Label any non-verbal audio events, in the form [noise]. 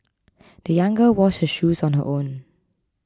[noise] the young girl washed her shoes on her own